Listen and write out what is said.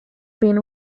been